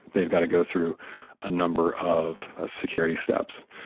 they've got to go through a number of security steps.